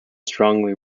strongly